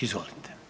Izvolite.